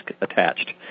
attached